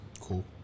Cool